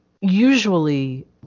usually